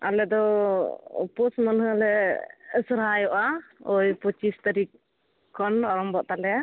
ᱟᱞᱮ ᱫᱚ ᱯᱳᱥ ᱢᱟᱹᱦᱱᱟᱹ ᱞᱮ ᱥᱚᱦᱨᱟᱭᱚᱜᱼᱟ ᱳᱭ ᱯᱚᱸᱪᱤᱥ ᱛᱟᱹᱨᱤᱠᱷ ᱠᱷᱚᱱ ᱟᱨᱚᱢᱵᱷᱚᱜ ᱛᱟᱞᱮᱭᱟ